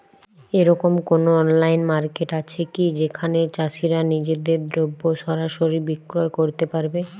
এরকম কোনো online market আছে কি যেখানে চাষীরা নিজেদের দ্রব্য সরাসরি বিক্রয় করতে পারবে?